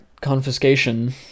confiscation